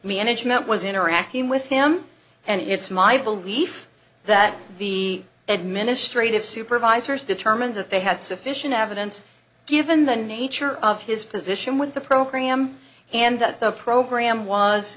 management was interacting with him and it's my belief that the administrative supervisors determined that they had sufficient evidence given the nature of his position with the program and that the program was